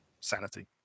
sanity